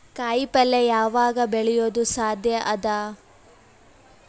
ಕಾಯಿಪಲ್ಯ ಯಾವಗ್ ಬೆಳಿಯೋದು ಸಾಧ್ಯ ಅದ?